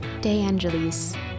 DeAngelis